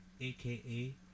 aka